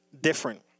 different